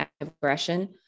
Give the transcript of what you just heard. aggression